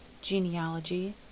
Genealogy